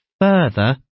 further